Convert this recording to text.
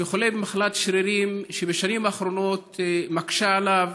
שחולה במחלת שרירים שבשנים האחרונות מקשה עליו